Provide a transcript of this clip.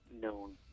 known